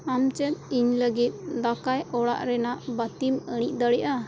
ᱟᱢ ᱪᱮᱫ ᱤᱧ ᱞᱟᱹᱜᱤᱫ ᱫᱟᱠᱟᱭ ᱚᱲᱟᱜ ᱨᱮᱱᱟᱜ ᱵᱟᱛᱤᱢ ᱟᱹᱲᱤᱡ ᱫᱟᱲᱤᱭᱟᱜᱼᱟ